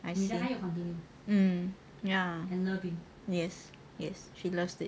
I said um ya yes yes she loves it